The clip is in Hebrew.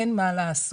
אין מה לעשות,